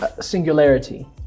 singularity